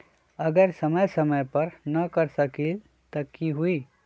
अगर समय समय पर न कर सकील त कि हुई?